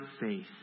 faith